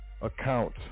account